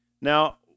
Now